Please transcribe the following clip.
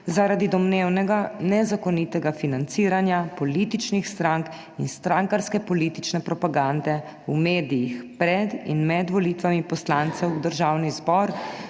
zaradi domnevno nezakonitega financiranja političnih strank in politične propagande v medijih pred in med volitvami v Državni zbor